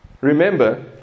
Remember